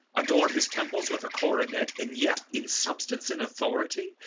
adorne his temples with a coronet, and yet in substance and authority,